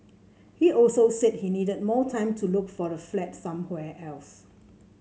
he also said he needed more time to look for a flat somewhere else